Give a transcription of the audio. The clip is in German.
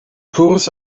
kurs